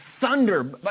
thunder